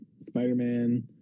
Spider-Man